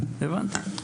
הבנתי.